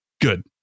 good